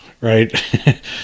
right